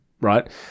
right